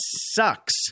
sucks